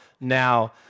now